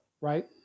right